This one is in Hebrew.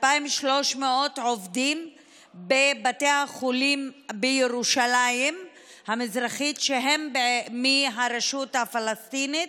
2,300 עובדים בבתי החולים בירושלים המזרחית הם מהרשות הפלסטינית,